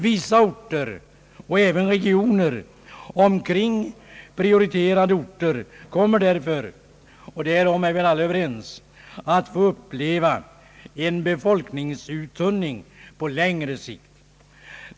Vissa orter och även regioner omkring prioriterade orter kommer därför —- och därom är vi alla överens — att få uppleva en befolkningsuttunning på längre sikt.